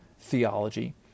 theology